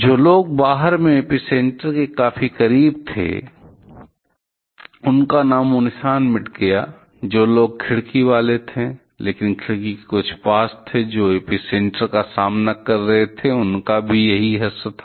जो लोग बाहर में एपीसेंटर के काफी करीब थे उनका नामो निशान मिट गया जो लोग खिड़की वाले थे लेकिन खिड़की के कुछ पास जो उस एपीसेंटर का सामना कर रहे थे उनका भी यही हश्र था